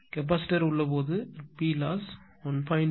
capacitor உள்ளபோது P loss 1